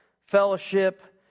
fellowship